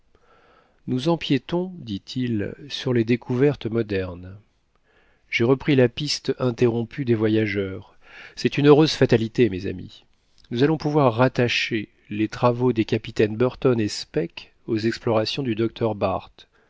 nous empiétons dit-il sur les découvertes modernes j'ai repris la piste interrompue des voyageurs c'est une heureuse fatalité mes amis nous allons pouvoir rattacher les travaux des capitaines burton et speke aux explorations du docteur barth